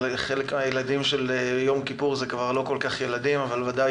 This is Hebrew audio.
חלק מן הילדים של מלחמת יום כיפור הם כבר לא כל כך ילדים אבל בוודאי